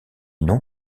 non